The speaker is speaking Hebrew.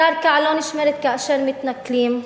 הקרקע לא נשמרת כאשר מתנכלים לאזרחים,